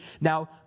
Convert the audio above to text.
Now